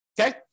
okay